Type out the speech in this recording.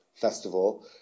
festival